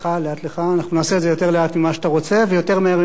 אנחנו נעשה את זה יותר לאט ממה שאתה רוצה ויותר מהר ממה שאני יכול.